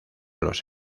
los